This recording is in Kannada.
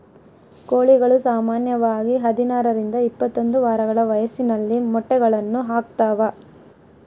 ಕೋಳಿಗಳು ಸಾಮಾನ್ಯವಾಗಿ ಹದಿನಾರರಿಂದ ಇಪ್ಪತ್ತೊಂದು ವಾರಗಳ ವಯಸ್ಸಿನಲ್ಲಿ ಮೊಟ್ಟೆಗಳನ್ನು ಹಾಕ್ತಾವ